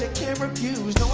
can't refuse